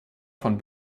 von